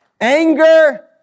Anger